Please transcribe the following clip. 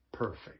perfect